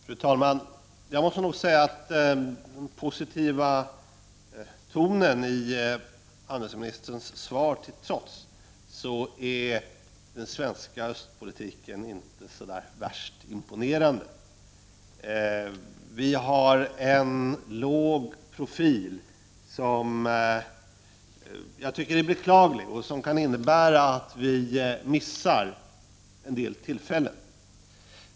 Fru talman! Jag måste nog säga, att den positiva tonen i handelsministerns svar till trots är den svenska östpolitiken inte så värst imponerande. Vi har en låg profil som jag tycker är beklaglig och som kan innebära att vi missar en del tillfällen.